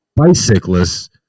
bicyclists